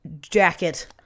jacket